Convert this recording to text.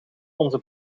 onze